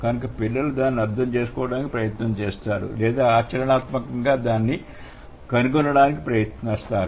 కనుక పిల్లలు దాన్ని అర్థం చేసుకోవడానికి ప్రయత్నిస్తారు లేదా ఆచరణాత్మకంగా దాన్ని కనుగొనడానికి ప్రయత్నిస్తారు